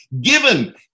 given